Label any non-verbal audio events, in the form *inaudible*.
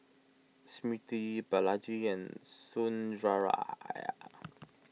Smriti Balaji and Sundaraiah *noise*